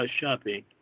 shopping